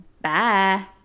Bye